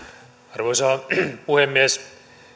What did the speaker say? arvoisa puhemies